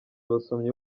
abasomyi